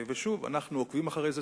שוב, אנחנו עוקבים אחרי זה.